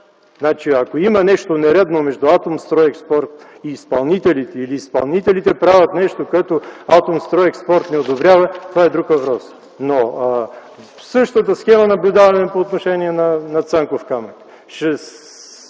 Ако има нещо нередно между „Атомстройекспорт” и изпълнителите или изпълнителите правят нещо, което „Атомстройекспорт” не одобрява, това е друг въпрос. Същата схема наблюдаваме и по отношение на „Цанков камък”.